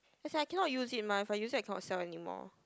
as in I cannot use it mah if I use it I cannot sell anymore